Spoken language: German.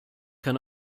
kann